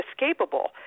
inescapable